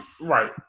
right